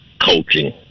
coaching